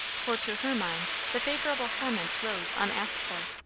for to her mind the favourable comments rose unasked for.